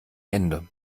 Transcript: ende